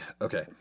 Okay